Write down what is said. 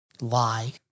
lie